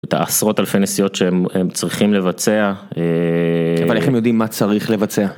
תעשרות אלפי נסיעות שהם צריכים לבצע אבל איך הם יודעים מה צריך לבצע.